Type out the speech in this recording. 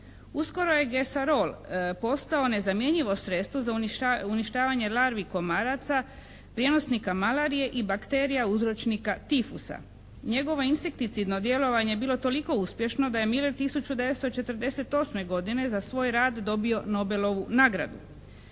Uskoro je "gesarol" postao nezamjenjivo sredstvo za uništavanje larvi komaraca, prijenosnika malarije i bakterija uzročnika tifusa. Njegovo insekticidno djelovanje bilo je toliko uspješno da je Müller 1948. godine za svoj rad dobio Nobelovu nagradu.